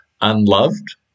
unloved